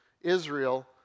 Israel